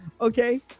okay